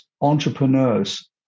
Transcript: entrepreneurs